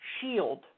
shield